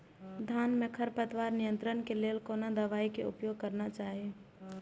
धान में खरपतवार नियंत्रण के लेल कोनो दवाई के उपयोग करना चाही?